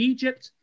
Egypt